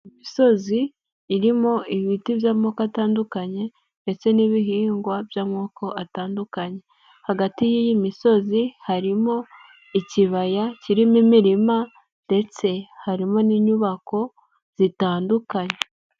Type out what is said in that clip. Imisozi irimo ibiti by'amoko atandukanye ndetse n'ibihingwa by'amoko atandukanye hagati y'iyi misozi harimo ikibaya kirimo imirima ndetse harimo n'inyubako zitandukanye.